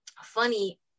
funny